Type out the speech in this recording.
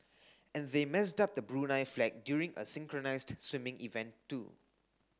and they messed up the Brunei flag during a synchronised swimming event too